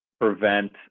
prevent